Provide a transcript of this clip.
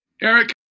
Eric